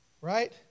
Right